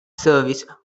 service